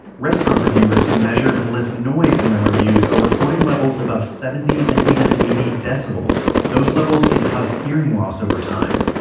restaurant reviewers who measure and noise in their reviews are reporting levels above seventy and even eighty decibels those levels can cause hearing loss over time.